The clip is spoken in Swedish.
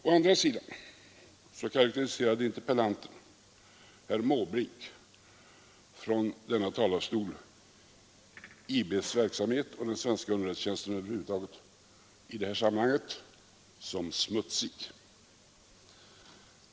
Å andra sidan karakteriserade interpellanten herr Måbrink från denna talarstol IBs verksamhet och den svenska underrättelsetjänsten över huvud taget i det här sammanhanget som smutsig.